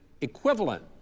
equivalent